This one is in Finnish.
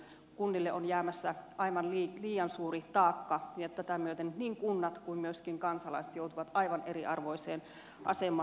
kunnille on jäämässä aivan liian suuri taakka ja tätä myöten niin kunnat kuin myöskin kansalaiset joutuvat aivan eriarvoiseen asemaan